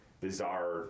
bizarre